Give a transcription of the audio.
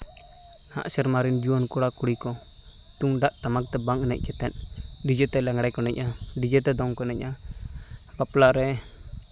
ᱱᱟᱦᱟᱜ ᱥᱮᱨᱢᱟ ᱨᱮᱱ ᱡᱩᱣᱟᱹᱱ ᱠᱚᱲᱟᱼᱠᱩᱲᱤ ᱠᱚ ᱛᱩᱢᱫᱟᱹᱜ ᱴᱟᱢᱟᱠ ᱛᱮ ᱵᱟᱝ ᱮᱱᱮᱡ ᱠᱟᱛᱮ ᱰᱤᱡᱮ ᱛᱮ ᱞᱟᱜᱽᱲᱮ ᱠᱚ ᱮᱱᱮᱡᱼᱟ ᱰᱤᱡᱮ ᱛᱮ ᱫᱚᱝ ᱠᱚ ᱮᱱᱮᱡᱼᱟ ᱵᱟᱯᱞᱟ ᱨᱮ